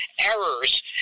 errors